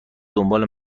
دنبال